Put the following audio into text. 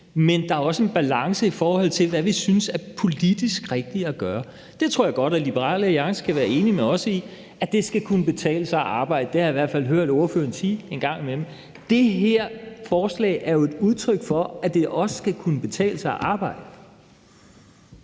men der er også en balance, i forhold til hvad vi synes er politisk rigtigt at gøre. Det tror jeg godt at Liberal Alliance kan være enige med os i, altså at det skal kunne betale sig at arbejde. Det har jeg i hvert fald hørt ordføreren sige en gang imellem. Det her forslag er jo et udtryk for, at det også skal kunne betale sig at arbejde.